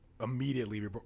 immediately